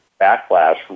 backlash